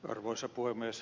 arvoisa puhemies